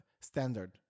standard